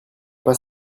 pas